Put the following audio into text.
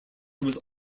was